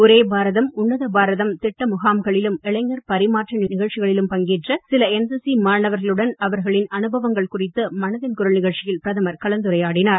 ஒரே பாரதம் உன்னத பாரதம் திட்ட முகாம்களிலும் இளைஞர் பரிமாற்ற நிகழ்ச்சிகளிலும் பங்கேற்ற சில என்சிசி மாணவர்களுடன் அவர்களின் அனுபவங்கள் குறித்து மனதின் குரல் நிகழ்ச்சியில் பிரதமர் கலந்துரையாடினார்